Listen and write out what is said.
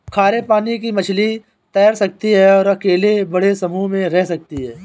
खारे पानी की मछली तैर सकती है और अकेले बड़े समूह में रह सकती है